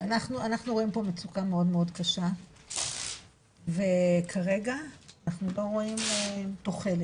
אנחנו רואים פה מצוקה מאוד מאוד קשה וכרגע אנחנו לא רואים תוכלת,